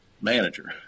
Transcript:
manager